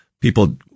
people